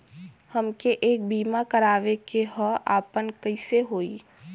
हमके एक बीमा करावे के ह आपन कईसे होई?